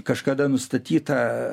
kažkada nustatytą